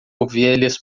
ovelhas